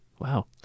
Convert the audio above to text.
Wow